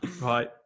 Right